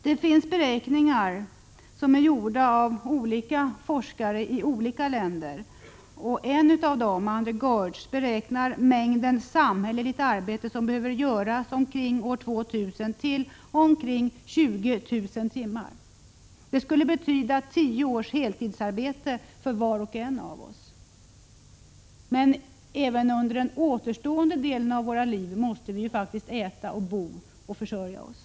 Det finns beräkningar som är gjorda av forskare i olika länder, och en av forskarna, Andra Gorz, beräknar mängden samhälleligt arbete som behöver göras omkring år 2000 till omkring 20 000 timmar. Det skulle betyda 10 års heltidsarbete för var och en av oss. Men även under den återstående delen av våra liv måste vi faktiskt kunna äta, bo och försörja oss.